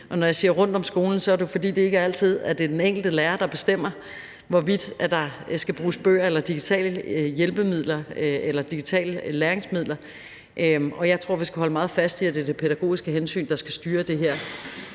og når jeg siger rundt om skolen, er det jo, fordi det ikke altid er den enkelte lærer, der bestemmer, hvorvidt der skal bruges bøger eller digitale læringsmidler. Og jeg tror, vi skal holde meget fast i, at det er det pædagogiske hensyn, der skal styre det her.